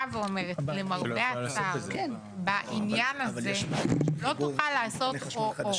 למרבה הצער בעניין הזה לא תוכל לעשות או או,